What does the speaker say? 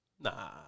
Nah